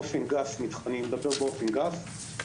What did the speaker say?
באופן גס,